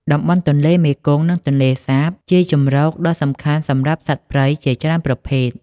តំបន់ទន្លេមេគង្គ និងទន្លេសាប ជាជម្រកដ៏សំខាន់សម្រាប់សត្វព្រៃជាច្រើនប្រភេទ។